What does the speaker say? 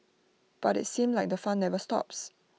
but IT seems like the fun never stops